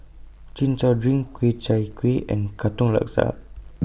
Chin Chow Drink Ku Chai Kuih and Katong Laksa